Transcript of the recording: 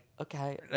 okay